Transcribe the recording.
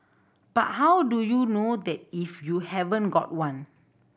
but how do you know that if you haven't got one